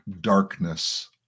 darkness